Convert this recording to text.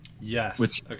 yes